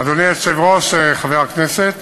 אדוני היושב-ראש, חברי הכנסת,